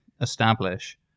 establish